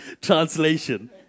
Translation